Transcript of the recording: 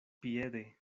piede